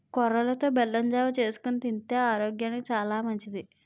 కొర్రలతో బెల్లం జావ చేసుకొని తింతే ఆరోగ్యానికి సాలా మంచిది